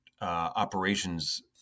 operations